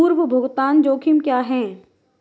पूर्व भुगतान जोखिम क्या हैं?